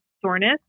soreness